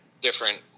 different